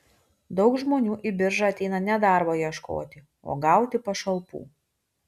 daug žmonių į biržą ateina ne darbo ieškoti o gauti pašalpų